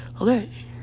okay